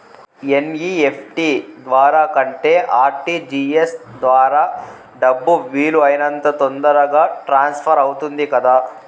NEFT ద్వారా కంటే RTGS ద్వారా డబ్బు వీలు అయినంత తొందరగా ట్రాన్స్ఫర్ అవుతుంది కదా